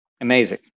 amazing